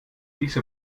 diese